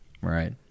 Right